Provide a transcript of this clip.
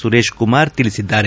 ಸುರೇಶಕುಮಾರ್ ತಿಳಿಸಿದ್ದಾರೆ